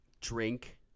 drink